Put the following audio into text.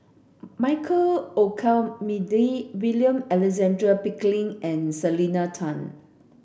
Michael Olcomendy William Alexander Pickering and Selena Tan